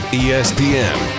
espn